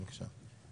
בבקשה.